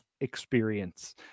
experience